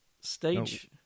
Stage